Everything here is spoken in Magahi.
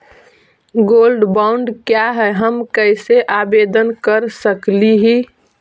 गोल्ड बॉन्ड का है, हम कैसे आवेदन कर सकली ही?